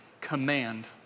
command